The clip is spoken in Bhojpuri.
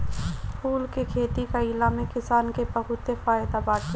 फूल के खेती कईला में किसान के बहुते फायदा बाटे